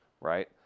Right